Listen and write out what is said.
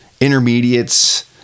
intermediates